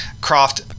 Croft